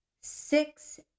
six